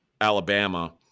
Alabama